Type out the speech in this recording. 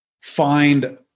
find